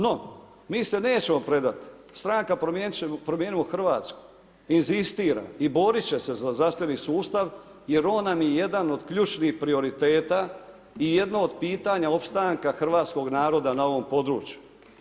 No, mi se nećemo predati, stranka Promijenimo Hrvatsku, inzistira i boriti će se za zdravstveni sustav, jer on nam je jedan od ključnih prioriteta i jedno od pitanje opstanka hrvatskog naroda na ovom području.